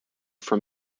from